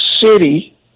City